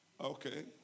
Okay